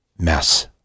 mess